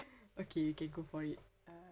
okay can go for it uh